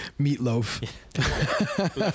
Meatloaf